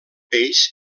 peix